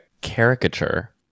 caricature